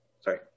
sorry